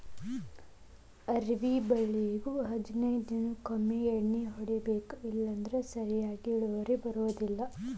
ಅವ್ರಿ ಬಳ್ಳಿಗು ಹದನೈದ ದಿನಕೊಮ್ಮೆ ಎಣ್ಣಿ ಹೊಡಿಬೇಕ ಇಲ್ಲಂದ್ರ ಸರಿಯಾಗಿ ಇಳುವರಿ ಬರುದಿಲ್ಲಾ